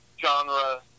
genre